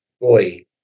boy